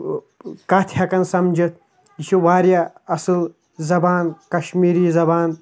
کَتھ ہٮ۪کان سَمجِتھ یہِ چھُ واریاہ اَصٕل زبان کَشمیٖری زبان